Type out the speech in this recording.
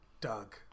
Doug